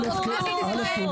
זאת כנסת ישראל.